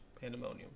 pandemonium